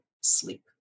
sleep